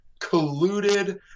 colluded